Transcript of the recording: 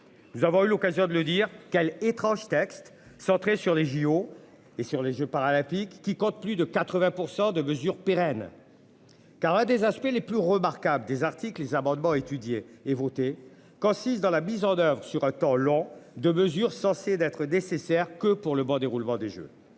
Nous avons eu l'occasion de le dire quel étrange texte centrée sur les JO et sur les Jeux paralympiques, qui compte plus de 80% de mesures pérennes. Car à des aspects les plus remarquables des articles les amendements étudier et voter quand six dans la mise en oeuvre sur un temps long de mesures censées d'être nécessaire que pour le bon déroulement des Jeux.